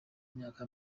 myaka